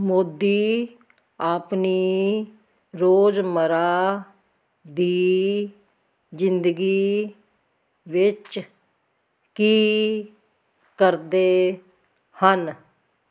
ਮੋਦੀ ਆਪਣੀ ਰੋਜ਼ਮਰ੍ਹਾ ਦੀ ਜ਼ਿੰਦਗੀ ਵਿੱਚ ਕੀ ਕਰਦੇ ਹਨ